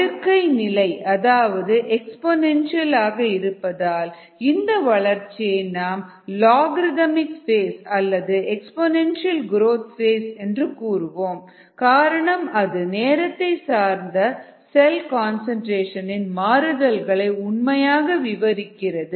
அடுக்கை நிலை அதாவது எக்பொனெண்டியல் ஆக இருப்பதால் இந்த வளர்ச்சியை நாம் லோகரித்மிக் ஃபேஸ் அல்லது எக்பொனெண்டியல் குரோத் ஃபேஸ் என்று கூறுவோம் காரணம் அது நேரத்தை சார்ந்த செல் கன்சன்ட்ரேஷன் இன் மாறுதல்களை உண்மையாக விவரிக்கிறது